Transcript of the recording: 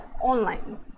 online